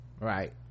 right